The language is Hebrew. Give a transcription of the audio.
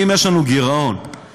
אם יש לנו גירעון צבור,